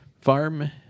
farm